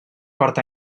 cort